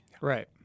Right